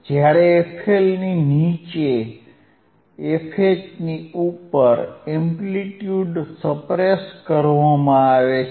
જ્યારે fLની નીચે અને fHની ઉપર એમ્પ્લિટ્યુડ સપ્રેસ્ડ કરવામાં આવે છે